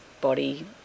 body